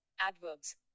adverbs